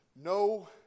No